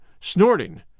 snorting